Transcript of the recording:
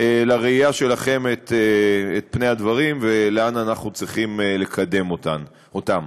לראייה שלכם את פני הדברים ולאן אנחנו צריכים לקדם אותם.